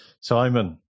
Simon